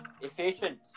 efficient